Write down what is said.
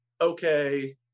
okay